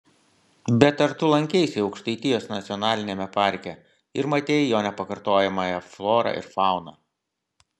bet ar tu lankeisi aukštaitijos nacionaliniame parke ir matei jo nepakartojamąją florą ir fauną